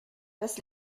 das